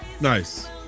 nice